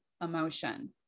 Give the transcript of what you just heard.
emotion